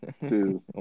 two